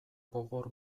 gogor